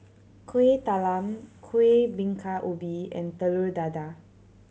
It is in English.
Kueh Talam Kuih Bingka Ubi and Telur Dadah